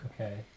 Okay